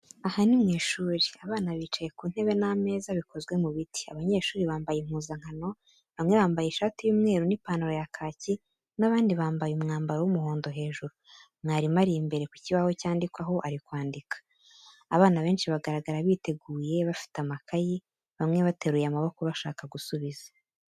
Aha ni mu ishuri, abana bicaye ku ntebe n’ameza bikozwe mu biti. Abanyeshuri bambaye impuzankano, bamwe bambaye ishati y’umweru n’ipantaro ya kaki, abandi bambaye umwambaro w’umuhondo hejuru. Mwarimu ari imbere ku kibaho cyandikwaho ari kwandika. Abana benshi bagaragara biteguye bafite amakayi, bamwe bateruye amaboko bashaka gusubiza.